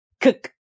Cook